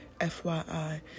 FYI